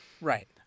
right